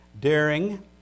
daring